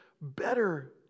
better